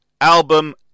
album